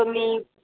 तुम्ही